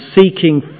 seeking